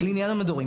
לעניין המדורים.